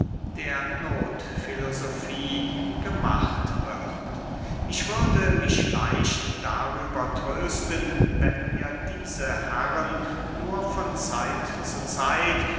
der nothfilosofie gemacht wird ich würde mich leicht darüber trösten wenn mir diese herren nur von zeit zu zeit